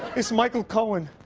it's michael cohen.